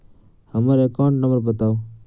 हम्मर account number बताऊ?